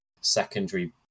secondary